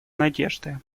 надежды